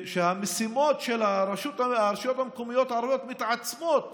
שהמשימות של הרשויות המקומיות הערביות מתעצמות: